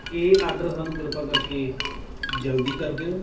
ਇਹ ਆਰਡਰ ਸਾਨੂੰ ਕਿਰਪਾ ਕਰਕੇ ਜਲਦੀ ਕਰ ਦਿਓ